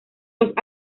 los